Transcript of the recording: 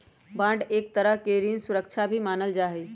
bond के एक तरह के ऋण सुरक्षा भी मानल जा हई